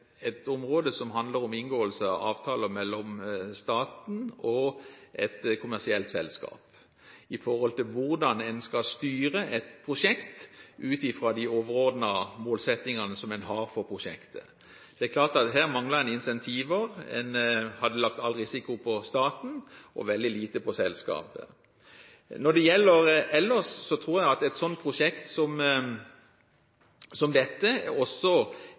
et kommersielt selskap når det gjelder hvordan en skal styre et prosjekt ut fra de overordnede målsettingene som en har for prosjektet. Det er klart at her mangler en incentiver, en hadde lagt all risiko på staten og veldig lite på selskapet. Ellers tror jeg at et slikt prosjekt som dette også